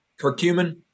Curcumin